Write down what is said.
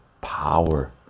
power